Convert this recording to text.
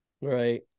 Right